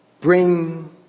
bring